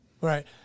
Right